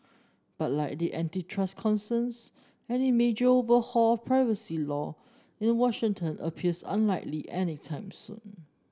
but like the antitrust concerns any major overhaul privacy law in Washington appears unlikely anytime soon